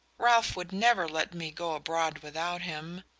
ralph would never let me go abroad without him.